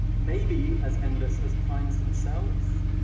maybe as endless as primes themselves?